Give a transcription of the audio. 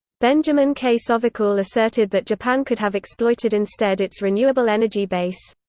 benjamin k. sovacool asserted that japan could have exploited instead its renewable energy base.